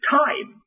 time